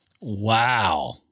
Wow